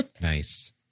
Nice